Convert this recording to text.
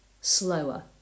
slower